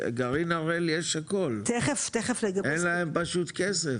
לגרעין הראל יש הכל, אין להם פשוט כסף.